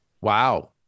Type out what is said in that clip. Wow